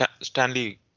Stanley